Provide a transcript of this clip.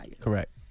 Correct